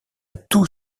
tout